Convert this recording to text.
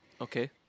Okay